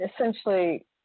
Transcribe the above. essentially